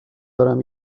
دارم